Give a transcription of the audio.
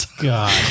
God